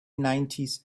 nineties